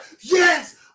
Yes